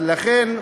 לכן,